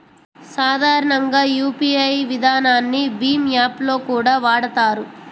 సాధారణంగా యూపీఐ విధానాన్ని భీమ్ యాప్ లో కూడా వాడతారు